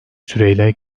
süreyle